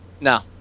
No